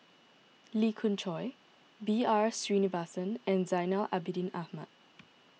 Lee Khoon Choy B R Sreenivasan and Zainal Abidin Ahmad